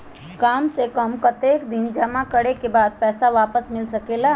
काम से कम कतेक दिन जमा करें के बाद पैसा वापस मिल सकेला?